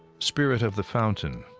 spirit of the fountain,